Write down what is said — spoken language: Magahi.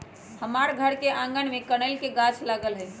हमर घर के आगना में कनइल के गाछ लागल हइ